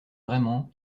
vraiment